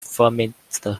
feminist